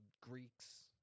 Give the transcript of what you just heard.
Greeks